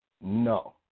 No